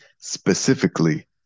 specifically